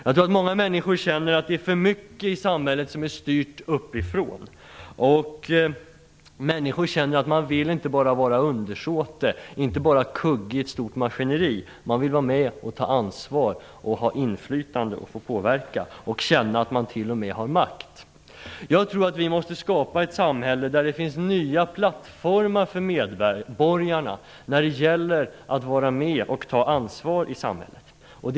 Jag tror att många människor känner att för mycket i samhället är styrt uppifrån. De känner att de inte bara vill vara undersåtar eller kuggar i ett stort maskineri. De vill vara med, ta ansvar, ha inflytande, påverka och känna att de t.o.m. har makt. Jag tror att vi måste skapa ett samhälle där det finns nya plattformar för medborgarna när det gäller att vara med och ta ansvar i samhället.